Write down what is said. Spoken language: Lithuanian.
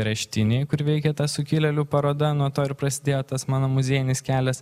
areštinėj kur veikė ta sukilėlių paroda nuo to ir prasidėjo tas mano muziejinis kelias